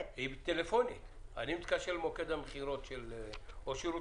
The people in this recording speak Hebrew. טלפונית אני מתקשר למוקד המכירות או לשירות